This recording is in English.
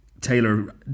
Taylor